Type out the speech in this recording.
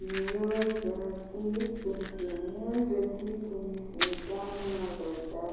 ꯃꯤꯑꯣꯏꯕꯒꯤ ꯄꯨꯟꯁꯤ ꯃꯤꯑꯣꯏꯕꯒꯤ ꯄꯨꯟꯁꯤ ꯀꯟꯅꯕꯗ